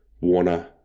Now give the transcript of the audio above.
Warner